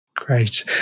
Great